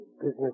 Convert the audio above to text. business